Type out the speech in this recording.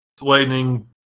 lightning